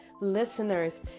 listeners